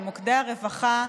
למוקדי הרווחה,